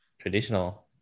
traditional